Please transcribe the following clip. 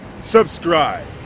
subscribe